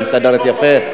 היא מסתדרת יפה.